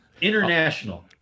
International